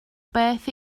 beth